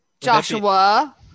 Joshua